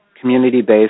community-based